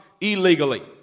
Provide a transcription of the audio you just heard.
illegally